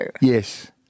Yes